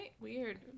weird